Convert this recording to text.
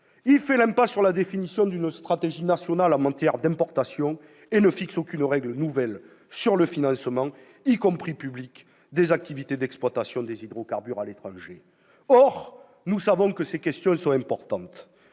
Il fait l'impasse sur la définition d'une stratégie nationale en matière d'importation, et ne fixe aucune règle nouvelle sur le financement, y compris public, des activités d'exploitation des hydrocarbures à l'étranger. Or nous savons que ces questions sont importantes.